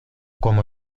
como